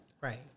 Right